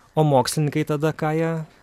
o mokslininkai tada ką jie